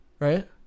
Right